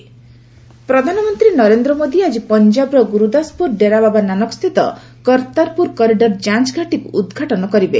PM Kartarpur ପ୍ରଧାନମନ୍ତ୍ରୀ ନରେନ୍ଦ୍ର ମୋଦୀ ଆଜି ପଞ୍ଜାବର ଗୁରୁଦାସପୁର ଡେରାବାବା ନାନକ ସ୍ଥିତ କର୍ଭାରପୁର କରିଡ଼ର ଯାଞ୍ଚ୍ ଘାଟିକୁ ଉଦ୍ଘାଟନ କରିବେ